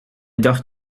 dacht